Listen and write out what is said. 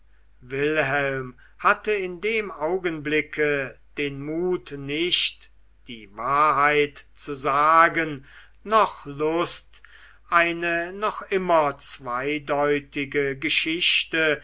wilhelm hatte in dem augenblicke den mut nicht die wahrheit zu sagen noch lust eine doch immer zweideutige geschichte